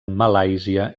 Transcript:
malàisia